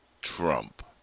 Trump